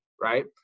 right